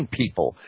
people